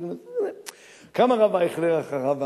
קם הרב אייכלר אחריו,